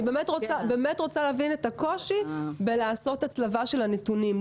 אני באמת רוצה להבין את הקושי בעשיית הצלבה של הנתונים.